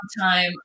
time